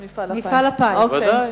ודאי.